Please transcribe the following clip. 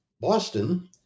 Boston